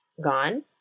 gone